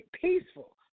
peaceful